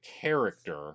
character